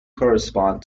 correspond